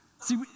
See